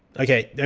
okay, i